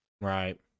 Right